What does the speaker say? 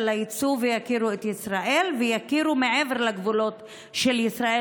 שיצאו ויכירו את ישראל ויכירו מעבר לגבולות של ישראל,